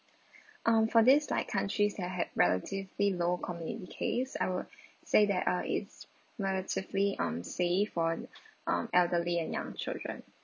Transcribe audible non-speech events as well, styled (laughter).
um for this like countries that had relatively low COVID in case I would (breath) say that ah it's narratively um safe for um elderly and young children